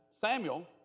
Samuel